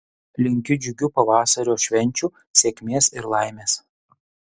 linkiu džiugių pavasario švenčių sėkmės ir laimės